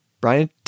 Brian